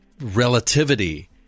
relativity